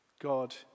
God